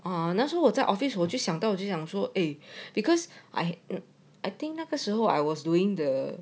啊那时候我在 office 我就想到就讲说 eh because I I think 那个时候 I was doing the